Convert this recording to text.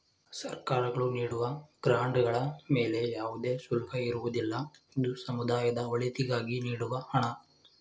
ಸರ್ಕಾರಗಳು ನೀಡುವ ಗ್ರಾಂಡ್ ಗಳ ಮೇಲೆ ಯಾವುದೇ ಶುಲ್ಕ ಇರುವುದಿಲ್ಲ, ಇದು ಸಮುದಾಯದ ಒಳಿತಿಗಾಗಿ ನೀಡುವ ಹಣ